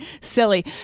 silly